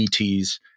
ET's